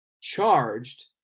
charged